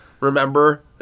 remember